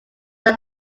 that